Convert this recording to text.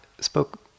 spoke